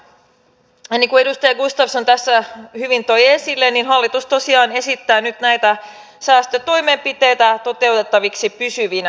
niin kuin edustaja gustafsson tässä hyvin toi esille hallitus tosiaan esittää nyt näitä säästötoimenpiteitä toteutettaviksi pysyvinä